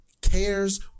cares